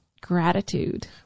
gratitude